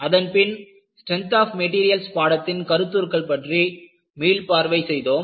அதன்பின் strength of materials பாடத்தின் கருத்துருக்கள் பற்றி மீள்பார்வை செய்தோம்